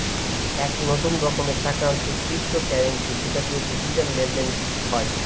এক নতুন রকমের টাকা হচ্ছে ক্রিপ্টোকারেন্সি যেটা দিয়ে ডিজিটাল লেনদেন হয়